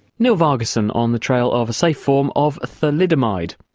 neil vargesson on the trail of a safe form of thalidomide.